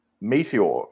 Meteor